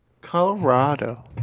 Colorado